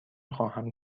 خواهم